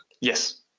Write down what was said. Yes